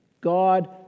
God